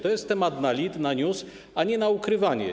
To jest temat na lead, na news, a nie na ukrywanie.